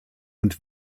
und